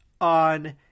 on